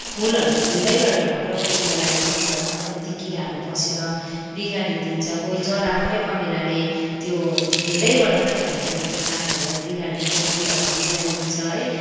फुलहरू फुल्दै गरेको भर्खर कोपिला लागेको फुलहरूलाई कति किराहरू पसेर बिगारिदिन्छ कोही जराबाटै कमिलाले त्यो फेदैबाट नै खाइदिएर त्यो प्लान्टहरूलाई बिगारिदिन्छ फुलहरूलाई बिगारिदिन्छ है